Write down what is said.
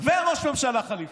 וראש ממשלה חליפי.